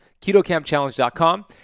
Ketocampchallenge.com